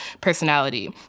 personality